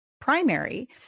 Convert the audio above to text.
primary